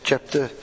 Chapter